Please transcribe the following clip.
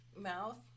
Mouth